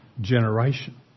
generation